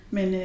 Men